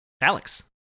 Alex